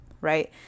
right